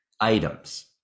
items